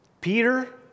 Peter